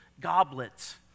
goblets